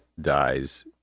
dies